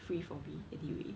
free for me anyway